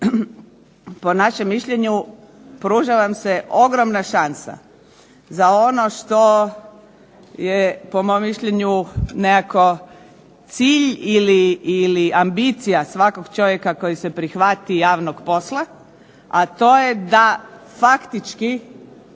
po našem mišljenju pruža vam se ogromna šansa za ono što je po mom mišljenju nekako cilj ili ambicija svakog čovjeka koji se prihvati javnog posla, a to je da faktički